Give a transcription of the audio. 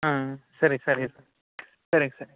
ಹಾಂ ಸರಿ ಸರಿ ಸರಿ ಸರ್